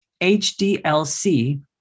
HDLC